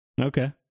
Okay